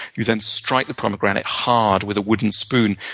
you then strike the pomegranate hard with a wooden spoon,